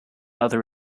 other